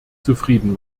zufrieden